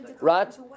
right